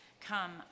Come